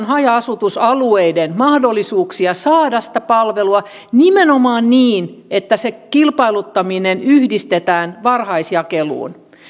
haja asutusalueiden mahdollisuuksia saada sitä palvelua nimenomaan niin että se kilpailuttaminen yhdistetään varhaisjakeluun